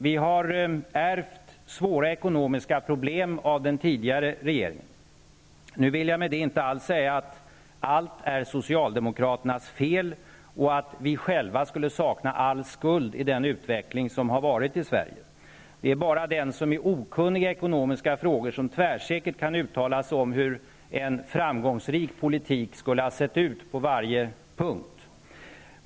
Vi har ärvt svåra ekonomiska problem av den tidigare regeringen. Nu vill jag med det inte alls säga att allt är socialdemokraternas fel och att vi själva skulle sakna all skuld för den utveckling som har skett i Sverige. Det är bara den som är okunnig i ekonomiska frågor som tvärsäkert kan uttala sig om hur en framgångsrik politik skulle ha sett ut på varje punkt.